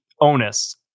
onus